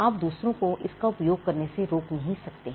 आप दूसरों को इसका उपयोग करने से रोक नहीं सकते हैं